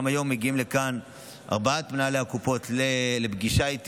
גם היום מגיעים לכאן ארבעת מנהלי הקופות לפגישה איתי